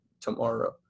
tomorrow